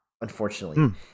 unfortunately